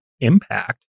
impact